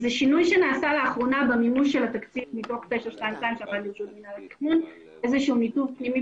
זה שינוי שנעשה לאחרונה במימון של התקציב מתוך 922. איזשהו דבר פנימי